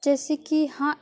جیسے کہ ہاں